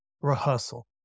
rehearsal